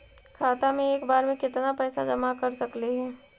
खाता मे एक बार मे केत्ना पैसा जमा कर सकली हे?